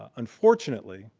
ah unfortunately,